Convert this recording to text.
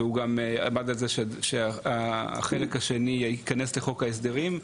והוא גם עמד על זה שהחלק השני ייכנס לחוק ההסדרים.